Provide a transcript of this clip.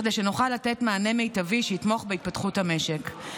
כדי שנוכל לתת מענה מיטבי שיתמוך בהתפתחות המשק.